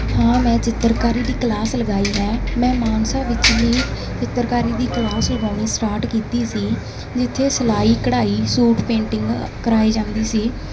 ਹਾਂ ਮੈਂ ਚਿੱਤਰਕਾਰੀ ਦੀ ਕਲਾਸ ਲਗਾਈ ਹੈ ਮੈਂ ਮਾਨਸਾ ਵਿੱਚ ਹੀ ਚਿੱਤਰਕਾਰੀ ਦੀ ਕਲਾਸ ਲਗਾਉਣੀ ਸਟਾਰਟ ਕੀਤੀ ਸੀ ਜਿੱਥੇ ਸਿਲਾਈ ਕਢਾਈ ਸੂਟ ਪੇਂਟਿੰਗ ਕਰਵਾਏ ਜਾਂਦੀ ਸੀ